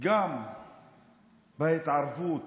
גם בהתערבות